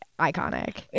iconic